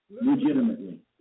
Legitimately